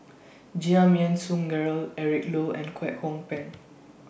Giam Yean Song Gerald Eric Low and Kwek Hong Png